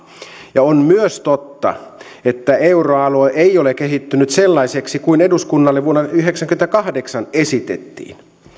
ja on myös totta että euroalue ei ole kehittynyt sellaiseksi kuin eduskunnalle vuonna yhdeksänkymmentäkahdeksan esitettiin